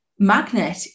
Magnet